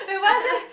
ah !huh!